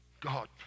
God